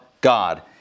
God